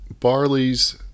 Barley's